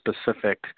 specific